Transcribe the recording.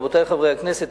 רבותי חברי הכנסת,